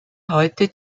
heute